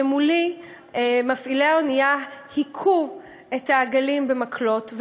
כשמולי מפעילי האונייה הכו את העגלים במקלות,